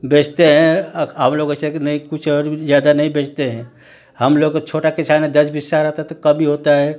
बेचते हैं हम लोग वैसे हैं कि नहीं कुछ और भी ज़्यादा नहीं बेचेते हैं हम लोग तो छोटा किसान हैं दस बीसा रहता है तो कम ही होता है